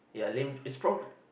ya lame it's prob~